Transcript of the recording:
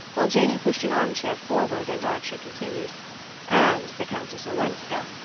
while janey pushed an arm-chair forward, and archer continued and the countess olenska.